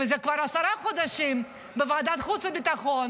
וזה כבר עשרה חודשים בוועדת החוץ והביטחון